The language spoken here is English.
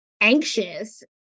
anxious